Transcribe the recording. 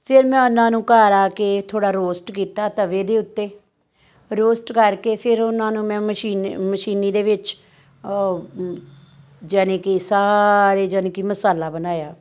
ਫਿਰ ਮੈਂ ਉਹਨਾਂ ਨੂੰ ਘਰ ਆ ਕੇ ਥੋੜ੍ਹਾ ਰੋਸਟ ਕੀਤਾ ਤਵੇ ਦੇ ਉੱਤੇ ਰੋਸਟ ਕਰਕੇ ਫਿਰ ਉਹਨਾਂ ਨੂੰ ਮੈਂ ਮਸ਼ੀਨ ਮਸ਼ੀਨੀ ਦੇ ਵਿੱਚ ਯਾਨੀ ਕਿ ਸਾਰੇ ਯਾਨੀ ਕਿ ਮਸਾਲਾ ਬਣਾਇਆ